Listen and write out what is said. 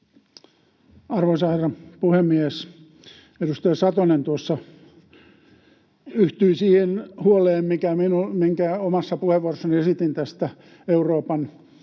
Arvoisa herra puhemies! Edustaja Satonen tuossa yhtyi siihen huoleen, minkä omassa puheenvuorossani esitin tästä Euroopan